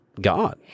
God